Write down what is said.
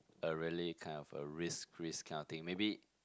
a really kind of a risk Christ kind of thing maybe